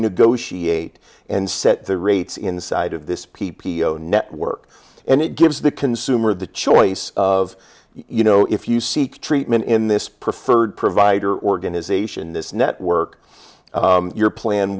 she ate and set the rates inside of this p p o network and it gives the consumer the choice of you know if you seek treatment in this preferred provider organization this network your plan